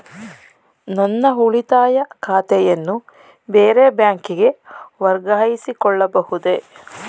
ನನ್ನ ಉಳಿತಾಯ ಖಾತೆಯನ್ನು ಬೇರೆ ಬ್ಯಾಂಕಿಗೆ ವರ್ಗಾಯಿಸಿಕೊಳ್ಳಬಹುದೇ?